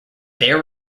there